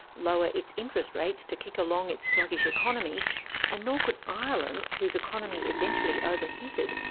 lower its interest rates to kick along its sluggish economy and nor could ireland, whose economy eventually overheated,